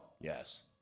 Yes